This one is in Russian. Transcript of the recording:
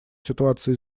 ситуация